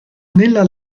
nella